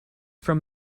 from